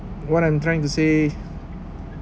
what I'm trying to say